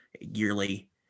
yearly